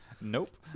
Nope